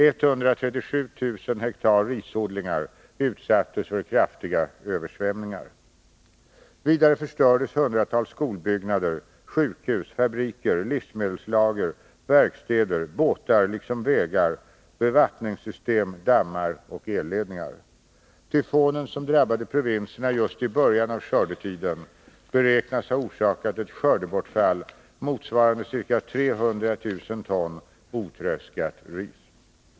137 000 hektar risodlingar utsattes för kraftiga översvämningar. Vidare förstördes hundratals skolbyggnader, sjukhus, 3 fabriker, livsmedelslager, verkstäder, båtar liksom vägar, bevattningssystem, dammar och elledningar. Tyfonen, som drabbade provinserna just i början av skördetiden, beräknas ha orsakat ett skördebortfall motsvarande ca 300 000 ton otröskat ris.